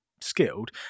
skilled